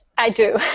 i do.